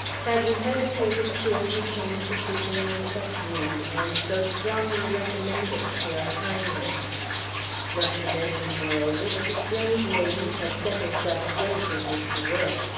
had we hesitated to entertain a petitioner in such need, and so strongly recommended to our kindness not to mention, moreover, that the strange maiden had set herself diligently to work,